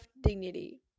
dignity